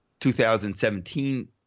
2017